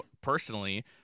personally